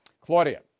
Claudia